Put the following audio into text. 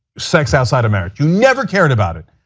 sex outside of marriage. you never cared about it.